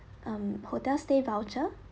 um hotel stay voucher